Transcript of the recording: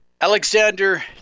Alexander